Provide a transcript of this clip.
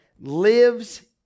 lives